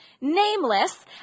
nameless